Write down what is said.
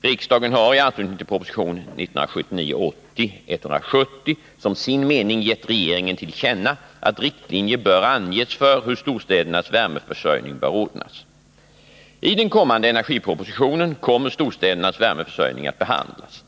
Riksdagen har i anslutning till proposition 1979/80:170 som sin mening gett regeringen till känna att riktlinjer bör anges för hur storstädernas värmeförsörjning bör ordnas. I den kommande energipropositionen kommer storstädernas värmeförsörjning att behandlas.